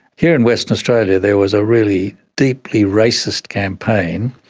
here in western australia there was a really deeply racist campaign,